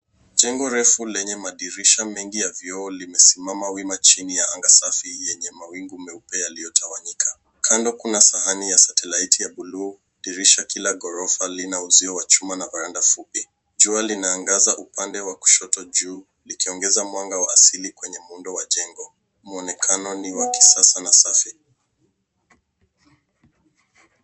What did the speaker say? Jengo refu lenye madirisha mengi ya vioo, limesimama wima chini ya anga safi yenya mawingu meupe yaliyotawanyika. Kando kuna sahani ya satalaiti ya buluu, dirisha kila ghorofa lina uzio wa chuma na varanda fupi. Jua linaangaza upande wa kushoto juu likiongeza mwanga wa asili kwenye muundo wa jengo. Mwonekano ni wa kisasa na safi.